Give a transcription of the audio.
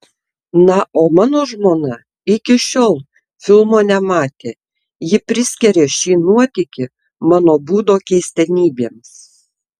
na o mano žmona ir iki šiol filmo nematė ji priskiria šį nuotykį mano būdo keistenybėms